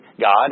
God